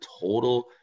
total